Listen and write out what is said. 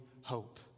hope